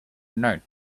night